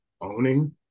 owning